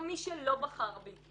גם מי שלא בחר בו.